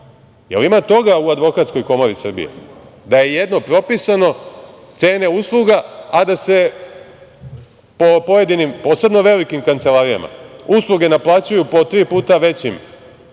ima toga u Advokatskoj komori Srbije? Da je jedno propisano ceno usluga, a da se po pojedinim, posebno velikim kancelarijama, usluge naplaćuju po tri većim